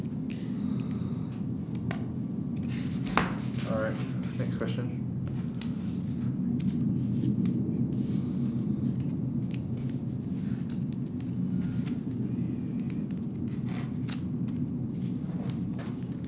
alright next question